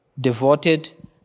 devoted